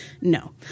No